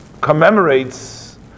commemorates